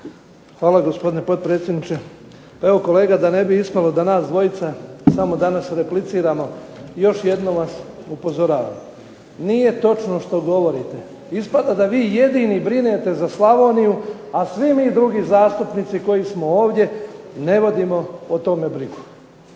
Hvala, gospodine potpredsjedniče. Evo kolega, da ne bi ispalo da nas dvojica samo danas repliciramo, još jednom vas upozoravam. Nije točno što govorite. Ispada da vi jedini brinete za Slavoniju, a svi mi drugi zastupnici koji smo ovdje ne vodimo o tome brigu.